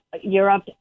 Europe